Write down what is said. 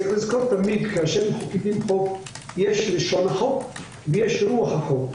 צריך לזכור תמיד שכאשר מפקידים חוק יש את לשון החוק ויש את רוח החוק,